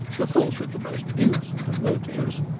of course with the most innocent of motives,